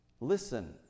Listen